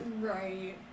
right